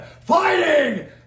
fighting